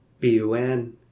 BUN